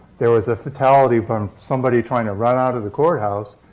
there was a fatality from somebody trying to run out of the courthouse,